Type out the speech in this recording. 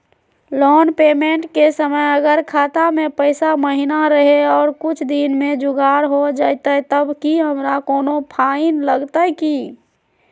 Loan payment के समय अगर खाता में पैसा महिना रहै और कुछ दिन में जुगाड़ हो जयतय तब की हमारा कोनो फाइन लगतय की?